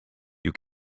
you